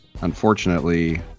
unfortunately